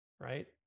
Right